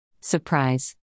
Surprise